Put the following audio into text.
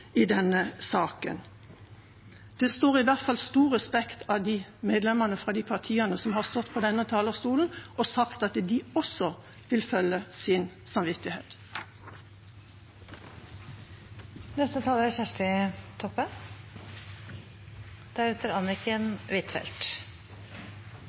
i denne saken. Det står i hvert fall stor respekt av medlemmene fra de partiene som har stått på denne talerstolen og sagt at de også vil følge sin samvittighet. Representanten Kjersti Toppe